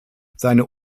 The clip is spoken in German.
seine